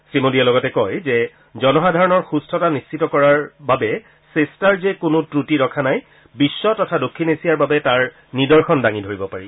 শ্ৰীমোদীয়ে লগতে কয় যে জনসাধাৰণৰ সুস্থতা নিশ্চিত কৰাৰ বাবে চেষ্টাৰ যে কোনো ক্ৰটি ৰখা নাই বিশ্ব তথা দক্ষিণ এছিয়াৰ বাবে তাৰ নিদৰ্শন দাঙি ধৰিব পাৰি